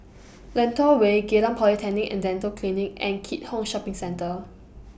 Lentor Way Geylang Polyclinic and Dental Clinic and Keat Hong Shopping Centre